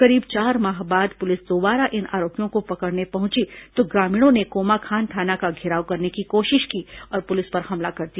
करीब चार माह बाद पुलिस दोबारा इन आरोपियों को पकड़ने पहुंची तो ग्रामीणों ने कोमाखान थाना का घेराव करने की कोशिश की और पुलिस पर हमला कर दिया